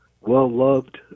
well-loved